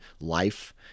life